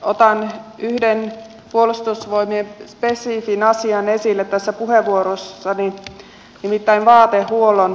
otan yhden puolustusvoimien spesifin asian esille tässä puheenvuorossani nimittäin vaatehuollon